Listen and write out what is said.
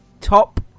Top